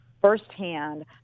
firsthand